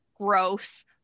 Gross